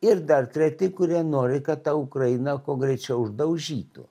ir dar treti kurie nori kad tą ukrainą kuo greičiau uždaužytų